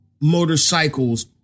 motorcycles